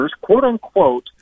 quote-unquote